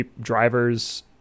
drivers